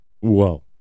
whoa